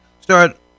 Start